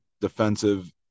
Defensive